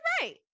right